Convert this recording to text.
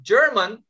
German